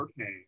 Okay